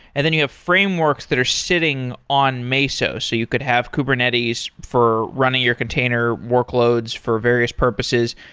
and then you have frameworks that are sitting on mesos, so you could have kubernetes for running your container workloads for various purposes,